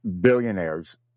billionaires